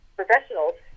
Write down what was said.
professionals